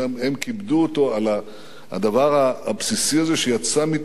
הם כיבדו אותו על הדבר הבסיסי הזה שיצא מתוכו,